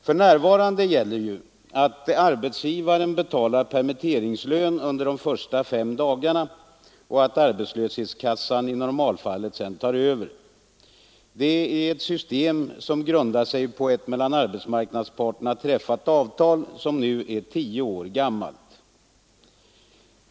För närvarande gäller att arbetsgivaren betalar permitteringslön under de första fem dagarna och att arbetslöshetskassan i normalfallet sedan tar över. Det är ett system som grundar sig på ett mellan arbetsmarknadsparterna träffat avtal, som nu är tio år gammalt.